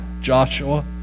Joshua